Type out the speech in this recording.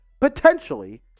potentially